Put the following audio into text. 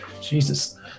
Jesus